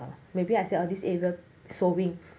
maybe I say this area sewing